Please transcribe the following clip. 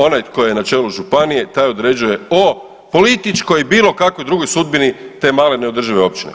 Onaj tko je na čelu županije taj određuje o političkoj i bilo kakvoj drugoj sudbini te male neodržive općine.